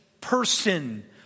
person